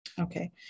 Okay